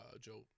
Joe